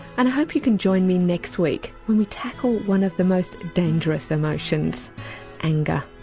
and i hope you can join me next week when we tackle one of the most dangerous emotions anger.